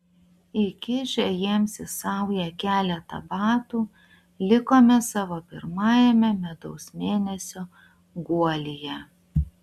įkišę jiems į saują keletą batų likome savo pirmajame medaus mėnesio guolyje